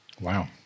Wow